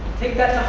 take that